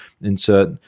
insert